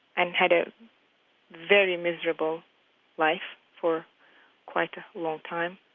and had a very miserable life for quite a long time.